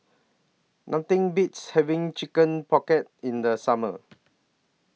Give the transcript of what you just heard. Nothing Beats having Chicken Pocket in The Summer